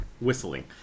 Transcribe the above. Whistling